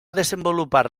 desenvolupar